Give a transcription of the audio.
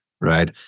right